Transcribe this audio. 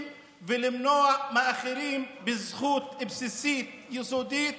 ולמנוע מאחרים זכות בסיסית יסודית,